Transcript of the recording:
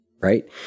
Right